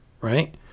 Right